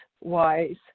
wise